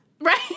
Right